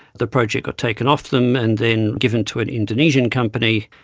the project got taken off them, and then given to an indonesian company,